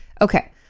Okay